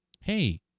Hey